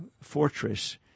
fortress